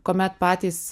kuomet patys